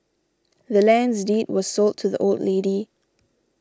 the land's deed was sold to the old lady